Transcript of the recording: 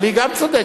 אבל היא גם צודקת.